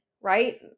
right